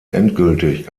endgültig